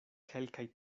kelkaj